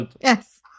Yes